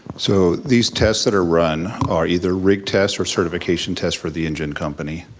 so these tests that are run are either rig tests or certification tests for the engine company.